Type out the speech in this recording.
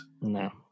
No